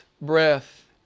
Breath